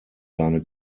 seine